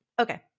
Okay